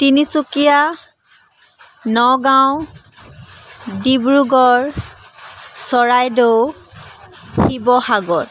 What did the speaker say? Tinsukia Nagaon Dibrugarh Charaideo Sivasagar